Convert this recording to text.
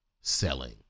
selling